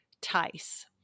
Tice